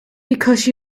because